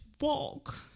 walk